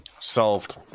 Solved